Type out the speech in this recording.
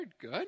Good